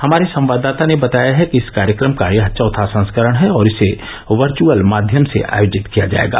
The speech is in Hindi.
हमारे संवाददाता ने बताया है कि इस कार्यक्रम का यह चौथा संस्करण है और इसे वर्घअल माध्यम से आयोजित किया जाएगा